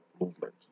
movement